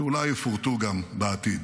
שאולי גם יפורטו בעתיד.